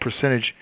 percentage